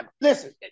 listen